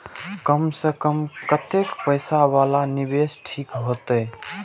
कम से कम कतेक पैसा वाला निवेश ठीक होते?